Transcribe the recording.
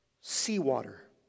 Seawater